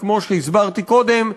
שכמו שהזכרתי קודם,